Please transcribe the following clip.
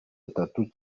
atatu